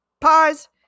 Pause